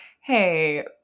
hey